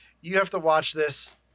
you-have-to-watch-this